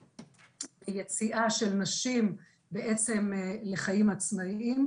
על היציאה של נשים בעצם לחיים עצמאיים.